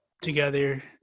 together